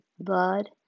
blood